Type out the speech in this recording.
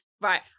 Right